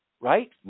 right